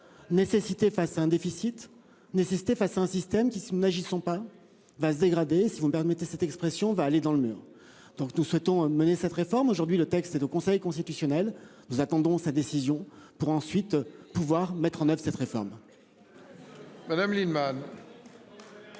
nécessité face à un déficit nécessité face un système qui si nous n'agissons pas va se dégrader si vous me permettez cette expression, va aller dans le mur. Donc nous souhaitons mener cette réforme, aujourd'hui le texte et au Conseil constitutionnel. Nous attendons sa décision pour ensuite pouvoir mettre en oeuvre cette réforme. Madame Lienemann.